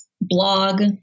blog